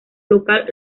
local